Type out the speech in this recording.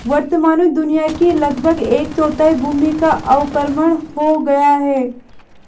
वर्तमान में दुनिया की लगभग एक चौथाई भूमि का अवक्रमण हो गया है